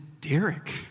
Derek